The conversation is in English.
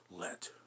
let